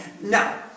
Now